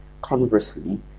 conversely